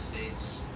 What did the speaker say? states